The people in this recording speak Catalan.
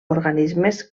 organismes